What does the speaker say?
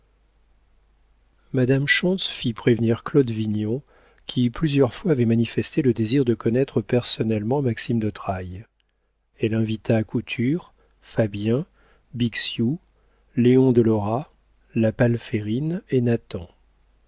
madame schontz fit prévenir claude vignon qui plusieurs fois avait manifesté le désir de connaître personnellement maxime de trailles elle invita couture fabien bixiou léon de lora la palférine et